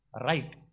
right